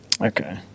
Okay